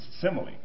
simile